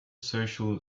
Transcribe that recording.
social